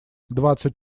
двадцать